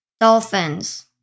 Dolphins